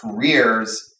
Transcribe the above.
careers